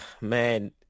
Man